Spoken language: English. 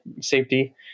Safety